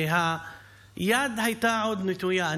והיד הייתה עוד נטויה,